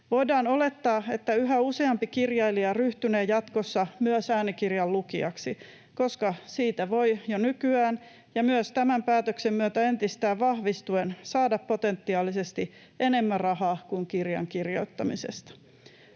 Voidaan olettaa, että yhä useampi kirjailija ryhtynee jatkossa myös äänikirjan lukijaksi, koska siitä voi jo nykyään ja myös tämän päätöksen myötä entisestään vahvistuen saada potentiaalisesti enemmän rahaa kuin kirjan kirjoittamisesta.